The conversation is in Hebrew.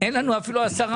אין לנו היום אפילו עשרה.